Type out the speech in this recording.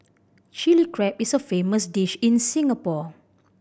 Chilli Crab is a famous dish in Singapore